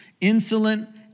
Insolent